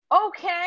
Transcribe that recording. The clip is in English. Okay